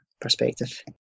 perspective